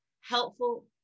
helpful